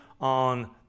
on